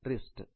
ఇది రిస్ట్